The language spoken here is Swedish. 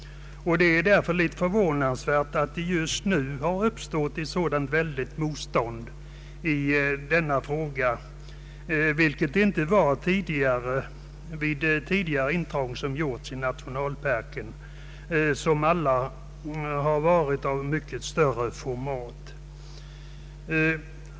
Det är därför förvånansvärt att just nu uppstått ett så starkt motstånd i denna fråga, vilket inte var fallet vid tidigare intrång i nationalparken, som alla var av mycket större format.